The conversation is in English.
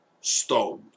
Stone